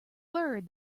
bird